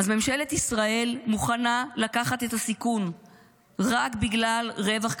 אז ממשלת ישראל מוכנה לקחת את הסיכון רק בגלל רווח כלכלי,